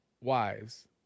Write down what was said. wives